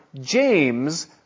James